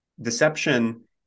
deception